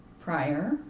Prior